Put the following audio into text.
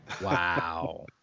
Wow